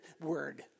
word